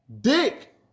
dick